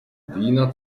vína